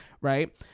right